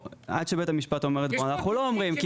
עד שבית המשפט לא אומר את דבריו אנחנו לא אומרים,